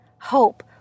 hope